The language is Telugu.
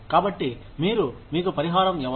కాబట్టి వారు మీకు పరిహారం ఎవరు